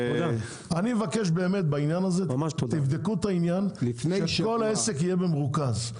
אבל תבדקו את העניין, שכל העסק יהיה במרוכז.